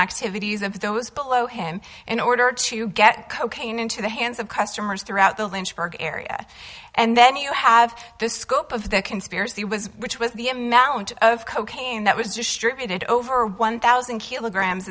activities of those below him in order to get cocaine into the hands of customers throughout the lynchburg area and then you have the scope of the conspiracy was which was the amount of cocaine that was distributed over one thousand kilograms